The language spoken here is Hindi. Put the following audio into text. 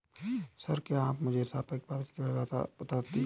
सर, क्या आप मुझे सापेक्ष वापसी की परिभाषा बता देंगे?